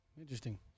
interesting